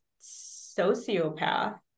sociopath